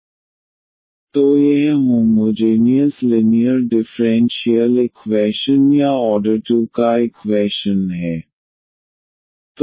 d2ydx2 5dydx6y0 तो यह homogeneous linear differential equation या ऑर्डर टू का इक्वैशन है